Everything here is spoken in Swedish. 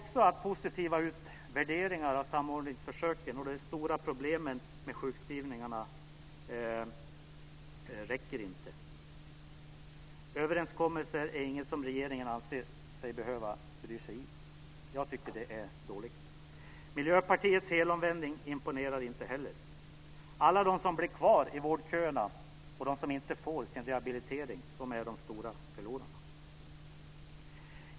Vi vet att positiva utvärderingar av samordningsförsöken och de stora problemen med sjukskrivningarna inte räcker. Överenskommelser är inget som regeringen anser sig behöva bry sig om. Jag tycker att det är dåligt. Miljöpartiets helomvändning imponerar inte heller. Alla de som blir kvar i vårdköerna och de som inte får sin rehabilitering är de stora förlorarna.